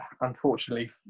unfortunately